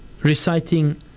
reciting